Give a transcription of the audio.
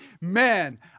Man